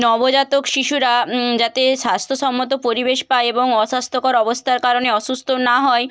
নবজাতক শিশুরা যাতে স্বাস্থ্যসম্মত পরিবেশ পায় এবং অস্বাস্থ্যকর অবস্থার কারণে অসুস্থ না হয়